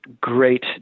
great